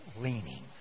leaning